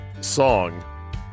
song